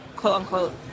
quote-unquote